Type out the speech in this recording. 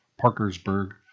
Parkersburg